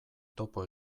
topo